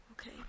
Okay